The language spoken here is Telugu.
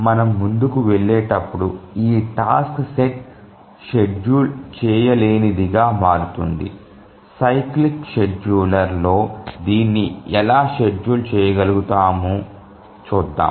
మనము ముందుకు వెళ్ళేటప్పుడు ఈ టాస్క సెట్ షెడ్యూల్ చేయలేనిదిగా మారుతోంది సైక్లిక్ షెడ్యూలర్లో దీన్ని ఎలా షెడ్యూల్ చేయగలుగుతాము చూద్దాము